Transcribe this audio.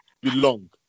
belong